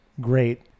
great